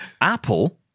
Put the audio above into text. Apple